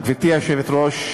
גברתי היושבת-ראש,